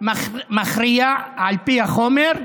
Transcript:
מכריע על פי החומר,